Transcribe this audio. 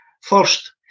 First